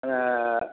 அதை